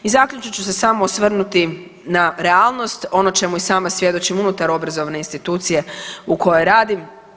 I zaključno ću se samo osvrnuti na realnost, na ono čemu i sama svjedočim unutar obrazovne institucije u kojoj radim.